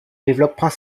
développent